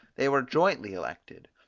they were jointly elected,